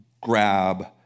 grab